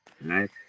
right